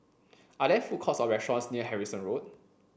are there food courts or restaurants near Harrison Road